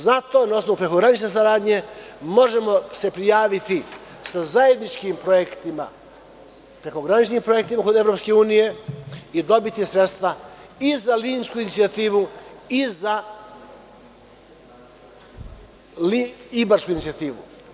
Zato, na osnovu prekogranične saradnje, možemo se prijaviti sa zajedničkim projektima, prekograničnim projektima kod EU, i dobiti sredstva i za limsku inicijativu i za ibarsku inicijativu.